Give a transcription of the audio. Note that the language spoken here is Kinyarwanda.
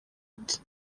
ati